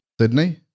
Sydney